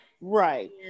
right